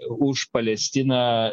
už palestiną